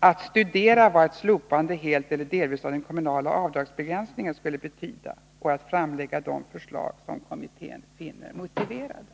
att ”studera vad ett slopande, helt eller delvis, av den kommunala avdragsbegränsningen skulle betyda och framlägga de förslag som kommittén finner motiverade”.